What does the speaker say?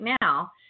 now